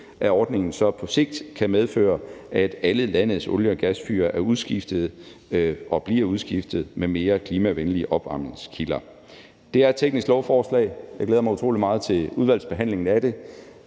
at ordningen på sigt kan medføre, at alle landets olie- og gasfyr bliver udskiftet med mere klimavenlige opvarmningskilder. Det er et teknisk lovforslag. Jeg glæder mig utrolig meget til udvalgsbehandlingen af det.